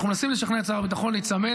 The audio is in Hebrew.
אנחנו מנסים לשכנע את שר הביטחון להיצמד,